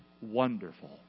Wonderful